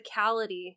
physicality